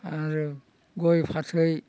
आरो गय फाथै